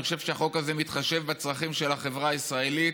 אני חושב שהחוק הזה מתחשב בצרכים של החברה הישראלית.